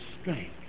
strength